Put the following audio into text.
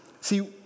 See